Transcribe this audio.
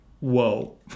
whoa